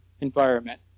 environment